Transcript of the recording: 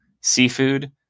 seafood